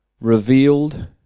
revealed